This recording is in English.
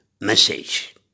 message